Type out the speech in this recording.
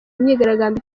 imiryango